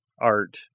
art